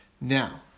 Now